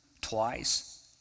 twice